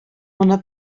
моны